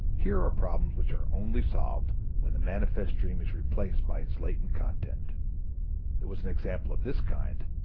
here are problems which are only solved when the manifest dream is replaced by its latent content it was an example of this kind,